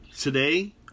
Today